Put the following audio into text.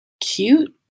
cute